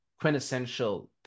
quintessential